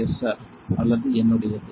S sir அல்லது என்னுடையது